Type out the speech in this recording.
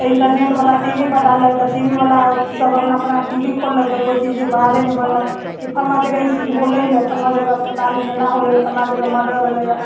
आ इण्टरनेट बला T V पर डाललक तऽ टी वी बला सभ अपना अपना टी वी खोललक तऽ कोइ चीजके बारेमे बोललक कि फलना जगह ई चीज होलै हँ फलना जगह अस्पतालमे एना होलै फलना जगह मर्डर भेलैया